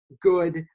good